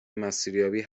مسیریابی